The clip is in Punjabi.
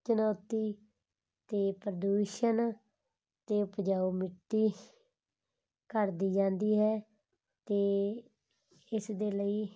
ਚੁਣੌਤੀ ਅਤੇ ਪ੍ਰਦੂਸ਼ਣ ਅਤੇ ਉਪਜਾਊ ਮਿੱਟੀ ਘੱਟਦੀ ਜਾਂਦੀ ਹੈ ਅਤੇ ਇਸ ਦੇ ਲਈ